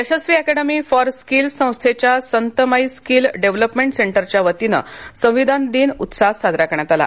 Yashasvi academy for skills संस्थेच्या Santmai skill development सेंटरच्या वतीने संविधान दिन उत्साहात साजरा करण्यात आला